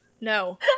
No